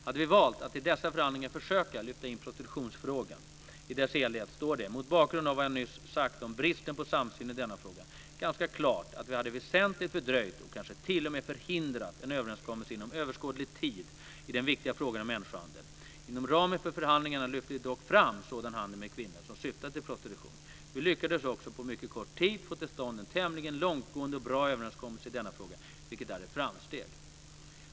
Hade vi valt att i dessa förhandlingar försöka lyfta in prostitutionsfrågan i dess helhet står det, mot bakgrund av vad jag nyss sagt om bristen på samsyn i denna fråga, ganska klart att vi hade väsentligt fördröjt och kanske t.o.m. förhindrat en överenskommelse inom överskådlig tid i den viktiga frågan om människohandel. Inom ramen för förhandlingarna lyfte vi dock fram sådan handel med kvinnor som syftar till prostitution. Vi lyckades också på mycket kort tid få till stånd en tämligen långtgående och bra överenskommelse i denna fråga, vilket är ett framsteg.